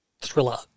thriller